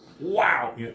Wow